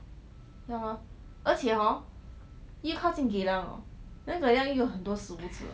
ya lor 而且 hor 又靠近 geylang then 那里又有很多食物